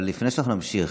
לפני שאנחנו נמשיך,